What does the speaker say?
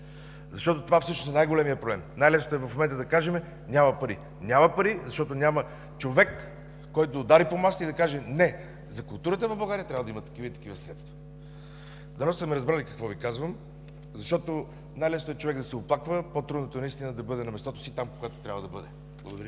Това всъщност е най-големият проблем. Най-лесно е в момента да кажем: „няма пари”. Няма пари, защото няма човек, който да удари по масата и каже: „Не, за културата в България трябва да има такива и такива средства”! Дано сте ме разбрали какво Ви казвам. Най-лесно е човек да се оплаква, по-трудното е наистина да бъде на мястото там, когато трябва да бъде. Благодаря